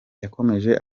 yakomeje